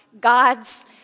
God's